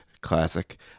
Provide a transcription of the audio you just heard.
Classic